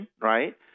right